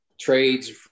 trades